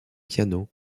piano